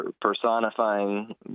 personifying